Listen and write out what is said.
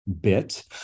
Bit